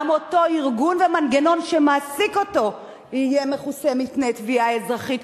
גם אותו ארגון ומנגנון שמעסיק אותו יהיה מכוסה מפני תביעה אזרחית,